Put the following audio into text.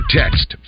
text